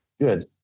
good